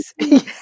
Yes